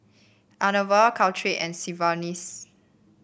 Enervon Caltrate and Sigvaris